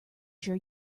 sure